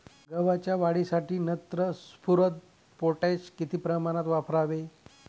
गव्हाच्या वाढीसाठी नत्र, स्फुरद, पोटॅश किती प्रमाणात वापरावे?